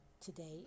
today